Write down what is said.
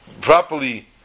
properly